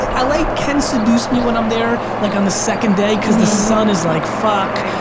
ah ah like can seduce me when i'm there like on the second day cause the sun is like, fuck,